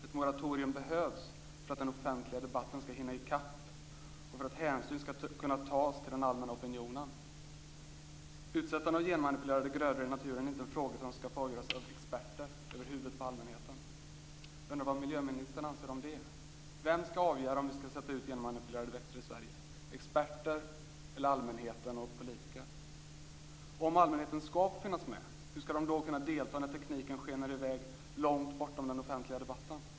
Ett moratorium behövs för att den offentliga debatten skall hinna i kapp och för att hänsyn skall kunna tas till den allmänna opinionen. Utsättande av genmanipulerade grödor i naturen är inte en fråga som skall få avgöras av experter över huvudet på allmänheten. Jag undrar vad miljöministern anser om det. Vem skall avgöra om vi skall sätta ut genmanipulerade växter i Sverige, experter eller allmänheten och politiker? Om allmänheten skall finnas med, hur skall den då kunna delta då tekniken skenar i väg långt bortom den offentliga debatten?